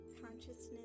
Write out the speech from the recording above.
consciousness